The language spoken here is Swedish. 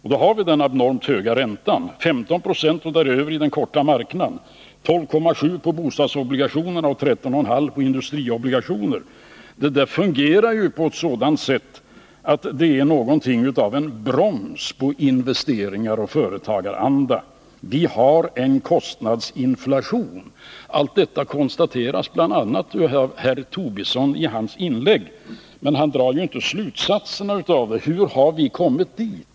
Vi får då en abnormt hög ränta: 15 26 och däröver i den korta marknaden, 12,7 960 på bostadsobligationer och 13,5 96 på industriobligationer. De fungerar på ett sådant sätt att de är någonting av en broms på investeringar och företagaranda. Vi har en kostnadsinflation. Allt detta konstaterar bl.a. herr Tobisson i sitt inlägg. Men han drar inte slutsatserna av det och säger hur vi har kommit dit.